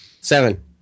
Seven